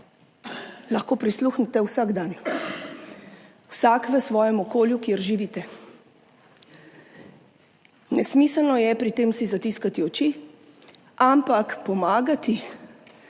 lahko prisluhnete vsak dan, vsak v svojem okolju, kjer živite. Nesmiselno si je pred tem zatiskati oči, ampak [je